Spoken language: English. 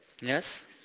Yes